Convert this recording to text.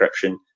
encryption